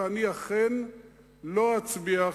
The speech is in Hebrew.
לא רוצה להשתחרר מזה.